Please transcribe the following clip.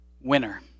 Winner